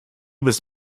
was